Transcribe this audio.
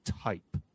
type